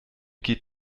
geht